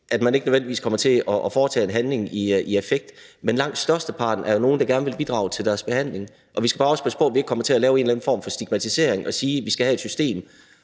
så de ikke nødvendigvis kommer til at foretage en handling i affekt. Men langt størteparten er jo nogle, der gerne vil bidrage til deres behandling. Vi skal bare passe på, så vi ikke kommer til at lave en eller anden form for stigmatisering, dvs. et system,